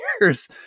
years